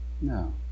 no